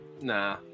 Nah